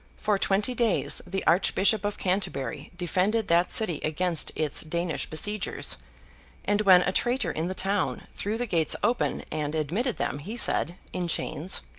for twenty days, the archbishop of canterbury defended that city against its danish besiegers and when a traitor in the town threw the gates open and admitted them, he said, in chains,